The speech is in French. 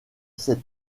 cet